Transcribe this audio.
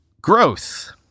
growth